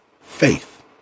Faith